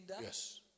yes